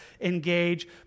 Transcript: engage